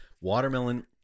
Watermelon